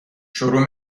شروع